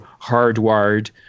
hardwired